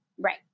Right